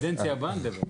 קדנציה הבאה נדבר.